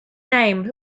name